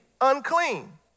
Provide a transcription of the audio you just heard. unclean